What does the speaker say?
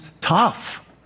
tough